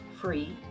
free